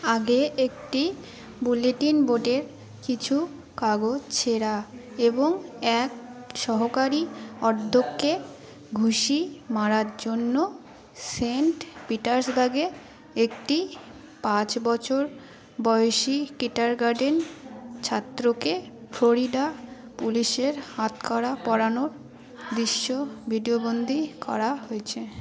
আগে একটি বুলেটিন বোর্ডের কিছু কাগজ ছেঁড়া এবং এক সহকারী অধ্যক্ষকে ঘুঁষি মারার জন্য সেন্ট পিটার্সবার্গে একটি পাঁচ বছর বয়সী কিণ্ডারগার্টেন ছাত্রকে ফ্লোরিডা পুলিশের হাতকড়া পরানোর দৃশ্য ভিডিয়োবন্দী করা হয়েছে